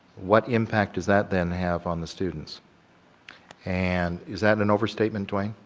what impact does that then have on the students and is that an overstatement, dwayne?